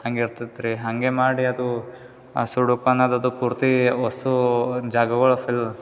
ಹಂಗೆ ಇರ್ತತ್ತು ರೀ ಹಂಗೆ ಮಾಡಿ ಅದು ಸುಡುಕು ಅನ್ನೋದದು ಪೂರ್ತಿ ಅಷ್ಟೂ ಜಾಗಗಳು ಫಿಲ್